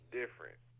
different